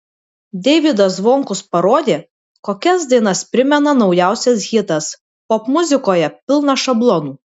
deivydas zvonkus parodė kokias dainas primena naujausias hitas popmuzikoje pilna šablonų